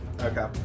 Okay